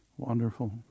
Wonderful